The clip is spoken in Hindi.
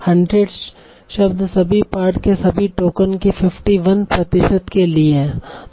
100 शब्द सभी पाठ के सभी टोकन के 51 प्रतिशत के लिए हैं